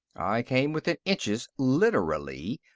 i came within inches, literally,